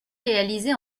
réalisé